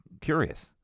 curious